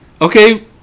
Okay